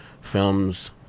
films